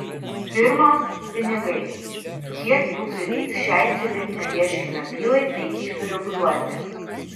pirmas pinigai kiek jų prireiks šiai civilinio ieškinio bylai taikiai sureguliuoti